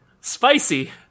Spicy